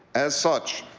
as such,